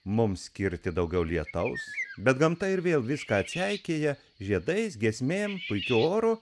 mums skirti daugiau lietaus bet gamta ir vėl viską atseikėja žiedais giesmėm puikiu oru